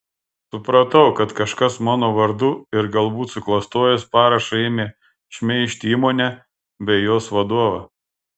supratau kad kažkas mano vardu ir galbūt suklastojęs parašą ėmė šmeižti įmonę bei jos vadovą